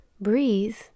breathe